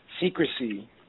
secrecy